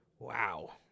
Wow